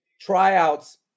tryouts